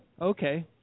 Okay